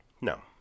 No